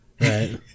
right